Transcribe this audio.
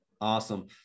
Awesome